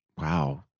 Wow